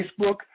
Facebook